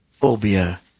phobia